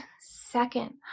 second